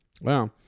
wow